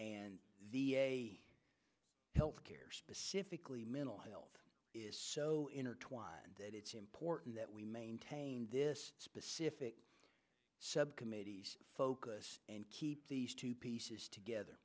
the health care specifically mental health is so intertwined that it's important that we maintain this specific subcommittees focus and keep these two pieces together